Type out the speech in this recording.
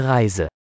Reise